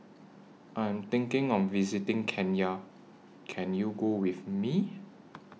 I Am thinking of visiting Kenya Can YOU Go with Me